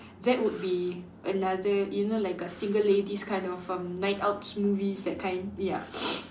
that would be another you know like a single ladies kind of um night out movie that kind ya